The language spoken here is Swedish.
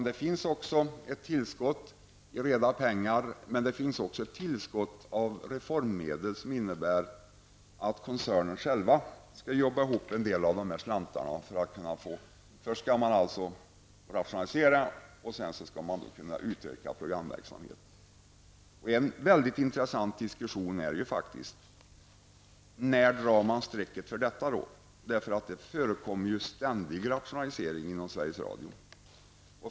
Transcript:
Det finns ett tillskott i reda pengar, men det finns också ett tillskott av reformmedel som innebär att koncernen själv skall jobba ihop en del av slantarna. Först skall man rationaliserna, och sedan skall man kunna utöka programverksamheten. När drar man strecket för detta? Det är faktiskt en intressant diskussion. Det förekommer ständigt rationaliseringar inom Sveriges Radio.